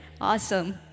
Awesome